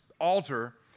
altar